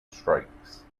strikes